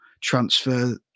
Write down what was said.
transfer